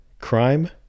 crime